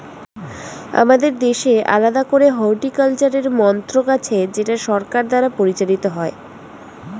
আমাদের দেশে আলাদা করে হর্টিকালচারের মন্ত্রক আছে যেটা সরকার দ্বারা পরিচালিত হয়